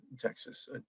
Texas